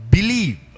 Believe